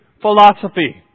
philosophy